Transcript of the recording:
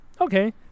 Okay